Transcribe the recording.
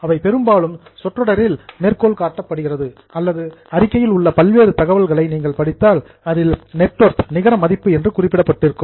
அவை பெரும்பாலும் சொற்றொடரில் மேற்கோள் காட்டப்படுகிறது அல்லது அறிக்கையில் உள்ள பல்வேறு தகவல்களை நீங்கள் படித்தால் அதில் நெட் வொர்த் நிகர மதிப்பு என்று குறிப்பிடப்பட்டிருக்கும்